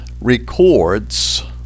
records